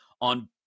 on